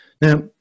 now